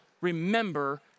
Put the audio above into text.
remember